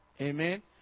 Amen